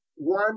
one